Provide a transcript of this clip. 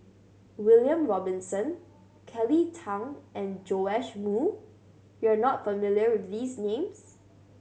William Robinson Kelly Tang and Joash Moo you are not familiar with these names